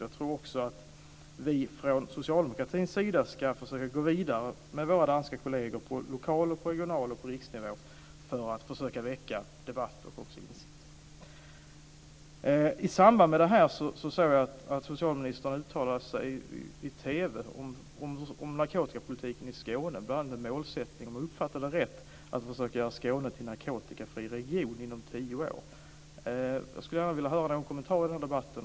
Jag tror också att vi från socialdemokraterna ska försöka att gå vidare med att försöka påverka våra danska kolleger på såväl lokal nivå som regional nivå och riksnivå för att väcka debatter och öka insikten. I samband med detta har socialministern uttalat sig i TV om bl.a. målsättningen för narkotikapolitiken i Skåne. Om jag uppfattade det rätt ska man försöka att göra Skåne till en narkotikafri region inom tio år. Jag skulle gärna vilja höra en kommentar till detta.